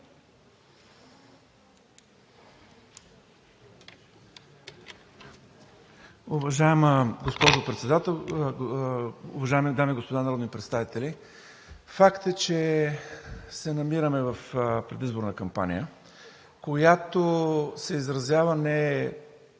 Уважаема госпожо Председател, уважаеми дами и господа народни представители! Факт е, че се намираме в предизборна кампания, която се изразява не